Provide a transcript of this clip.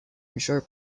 ensure